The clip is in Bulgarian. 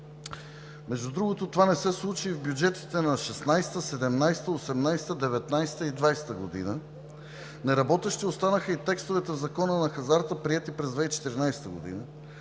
Между другото, това не се случи и в бюджетите на 2016-а, 2017-а, 2018-а, 2019-а и 2020 г. Неработещи останаха и текстовете в Закона за хазарта, приети през 2014 г.,